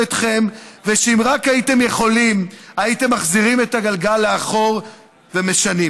אתכם ושאם רק הייתם יכולים הייתם מחזירים את הגלגל לאחור ומשנים.